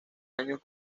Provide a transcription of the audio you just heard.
años